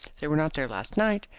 they were not there last night,